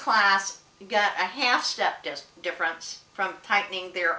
class got a half step just different from tightening their